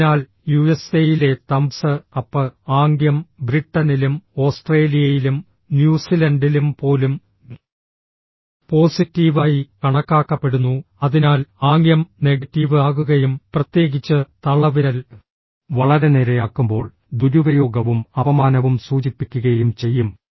അതിനാൽ യുഎസ്എയിലെ thumbs up ആംഗ്യം ബ്രിട്ടനിലും ഓസ്ട്രേലിയയിലും ന്യൂസിലൻഡിലും പോലും പോസിറ്റീവ് ആയി കണക്കാക്കപ്പെടുന്നു അതിനാൽ ആംഗ്യം നെഗറ്റീവ് ആകുകയും പ്രത്യേകിച്ച് തള്ളവിരൽ വളരെ നേരെയാക്കുമ്പോൾ ദുരുപയോഗവും അപമാനവും സൂചിപ്പിക്കുകയും ചെയ്യും